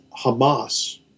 Hamas